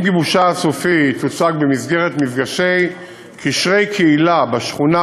עם גיבושה הסופי תוצג התוכנית במסגרת מפגשי קשרי קהילה בשכונה,